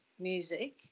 music